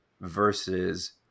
versus